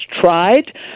tried